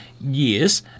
Yes